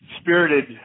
spirited